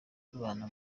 tubana